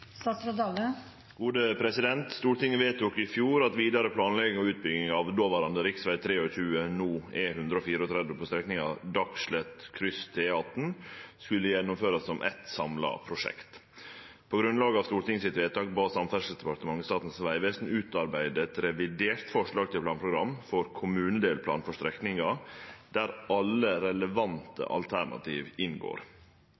Stortinget vedtok i fjor at vidare planlegging og utbygging av dåverande rv. 23, no E134, på strekninga Dagslett–kryss E18 skulle gjennomførast som eitt samla prosjekt. På grunnlag av Stortinget sitt vedtak bad Samferdselsdepartementet Statens vegvesen utarbeide eit revidert forslag til planprogram for kommunedelplan for strekninga der alle